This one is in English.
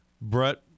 Brett